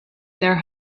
their